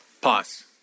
Pause